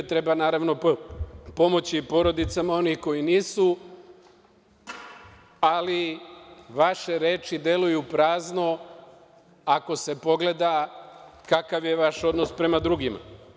Treba, naravno, pomoći porodicama onih koji nisu, ali vaše reči deluju prazno ako se pogleda kakav je vaš odnos prema drugima.